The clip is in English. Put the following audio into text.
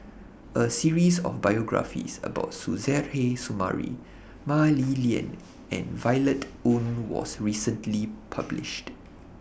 A series of biographies about Suzairhe Sumari Mah Li Lian and Violet Oon was recently published